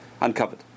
uncovered